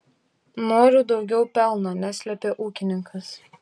noriu daugiau pelno neslėpė ūkininkas